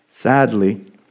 Sadly